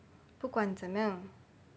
不管怎么样